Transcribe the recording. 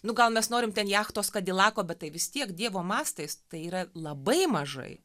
nu gal mes norim ten jachtos kadilako bet tai vis tiek dievo mastais tai yra labai mažai